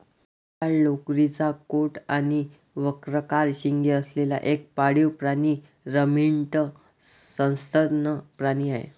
जाड लोकरीचा कोट आणि वक्राकार शिंगे असलेला एक पाळीव प्राणी रमिनंट सस्तन प्राणी आहे